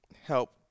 help